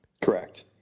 Correct